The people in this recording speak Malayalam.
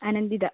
അനന്ദിത